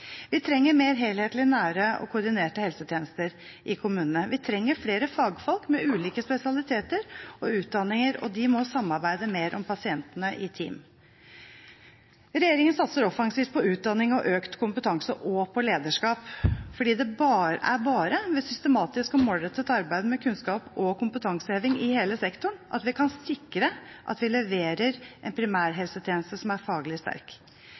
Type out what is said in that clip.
Vi trenger mer helhetlige, nære og koordinerte helsetjenester i kommunene. Vi trenger flere fagfolk med ulike spesialiteter og utdanninger, og de må samarbeide mer om pasientene i team. Regjeringen satser offensivt på utdanning og økt kompetanse – og på lederskap – for det er bare ved systematisk og målrettet arbeid med kunnskaps- og kompetanseheving i hele sektoren vi kan sikre at vi leverer en primærhelsetjeneste som er faglig sterk.